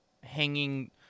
hanging